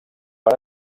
per